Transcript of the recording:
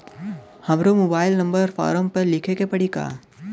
हमरो mobile number form पर लिखे के पड़ी का?